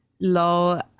low